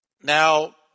Now